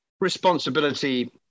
responsibility